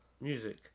music